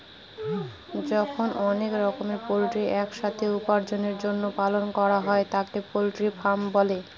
যখন অনেক রকমের পোল্ট্রি এক সাথে উপার্জনের জন্য পালন করা হয় তাকে পোল্ট্রি ফার্মিং বলে